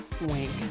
Wink